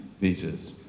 visas